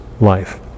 life